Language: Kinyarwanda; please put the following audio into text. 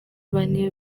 bane